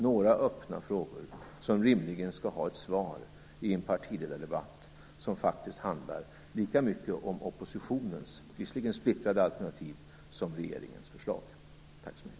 Detta var några öppna frågor som rimligen skall ha ett svar i en partiledardebatt som faktiskt handlar lika mycket om oppositionens, visserligen splittrade, alternativ som om regeringens förslag. Tack så mycket!